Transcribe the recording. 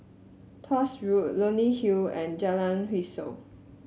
Tuas Road Leonie Hill and Jalan Hwi Yoh